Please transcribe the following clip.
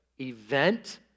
event